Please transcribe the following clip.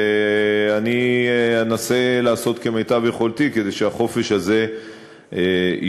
ואני אנסה לעשות כמיטב יכולתי כדי שהחופש הזה יישמר.